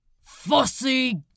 Fussy